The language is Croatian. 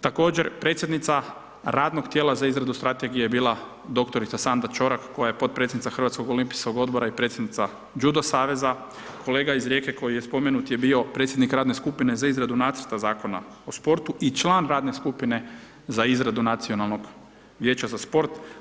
također, predsjednica radnog tijela za izradu strategija je bila doktorica Sandra Čorak, koja je potpredsjednica Hrvatskog olimpijskog odbora i predsjednica Judo saveza, kolega iz Rijeke koji je spomenut je bio predsjednik radne skupine za izradu nacrta zakona o sportu i član radne skupine za izradu Nacionalnog vijeća za sport.